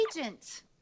agent